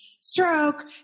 stroke